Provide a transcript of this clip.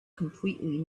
completely